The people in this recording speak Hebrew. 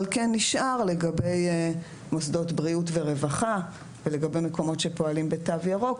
אבל כן נשאר לגבי מוסדות בריאות ורווחה ולגבי מקומות שפועלים בתו ירוק,